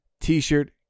t-shirt